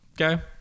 Okay